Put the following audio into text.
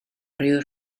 ryw